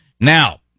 Now